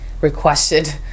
requested